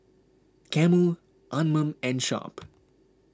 Camel Anmum and Sharp